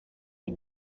the